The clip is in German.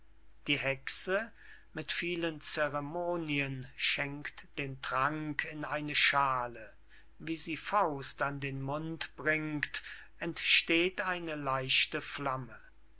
die hexe mit vielen ceremonien schenkt den trank in eine schale wie sie faust an den mund bringt entsteht eine leichte flamme